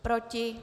Proti?